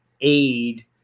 Aid